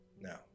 No